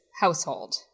household